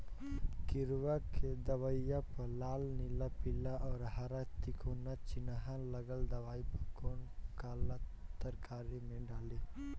किड़वा के दवाईया प लाल नीला पीला और हर तिकोना चिनहा लगल दवाई बा कौन काला तरकारी मैं डाली?